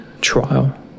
trial